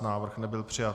Návrh nebyl přijat.